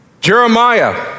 Jeremiah